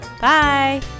Bye